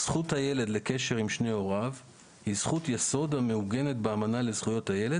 "זכות הילד לקשר עם שני הוריו היא זכות יסוד מעוגנת באמנה לזכויות הילד,